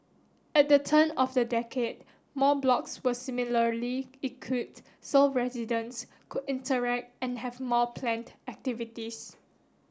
at the turn of the decade more blocks were similarly equipped so residents could interact and have more planned activities